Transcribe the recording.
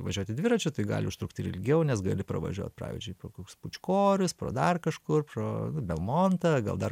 važiuoti dviračiu tai gali užtrukti ir ilgiau nes gali pravažiuot pavyzdžiui pro kokius pučkorius pro dar kažkur pro belmontą gal dar